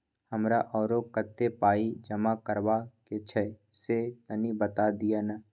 हमरा आरो कत्ते पाई जमा करबा के छै से तनी बता दिय न?